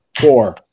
Four